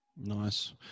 Nice